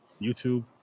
YouTube